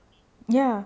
ya